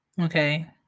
Okay